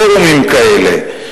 שפורומים כאלה,